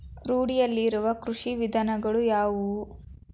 ರೂಢಿಯಲ್ಲಿರುವ ಕೃಷಿ ವಿಧಾನಗಳು ಯಾವುವು?